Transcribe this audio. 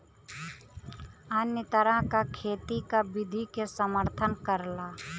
अन्य तरह क खेती क विधि के समर्थन करला